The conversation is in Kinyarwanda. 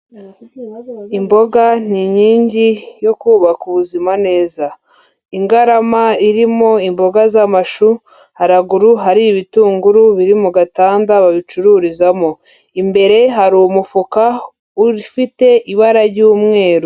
Imboga ni inkingi yo kubaka ubuzima neza, ingarama irimo imboga z'amashu haruguru hari ibitunguru biri mu gatanda babicururizamo, imbere hari umufuka ufite ibara ry'umweru.